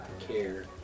care